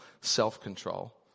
self-control